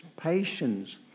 patience